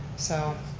so